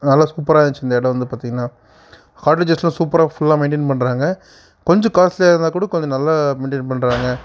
நல்லா சூப்பராக இருந்திச்சு இந்த இடம் வந்து பார்த்தீங்னா ஹார்டேஜ்ட்டுலாம் எல்லாம் சூப்பராக ஃபுல்லா மெயின்டைன் பண்ணுறாங்க கொஞ்சம் காஸ்டலியாக இருந்தாலும் கூட கொஞ்சம் நல்ல மெயின்டைன் பண்ணுறாங்க